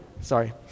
sorry